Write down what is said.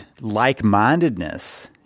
like-mindedness